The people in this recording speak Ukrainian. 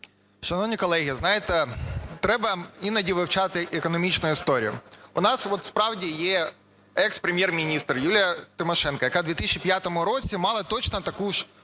Шановні колеги! Знаєте, треба іноді вивчати економічну історію. У нас справді є експрем'єр-міністр Юлія Тимошенко, яка у 2005 році мала точно таку ж